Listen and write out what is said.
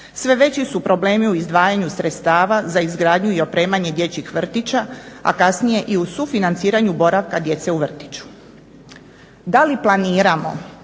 Sve veći su problemi u izdvajanju sredstava za izgradnju i opremanje dječjih vrtića, a kasnije i u sufinanciranju boravka djece u vrtiću". Da li planiramo